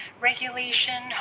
regulation